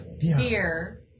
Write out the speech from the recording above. beer